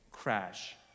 Crash